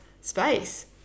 space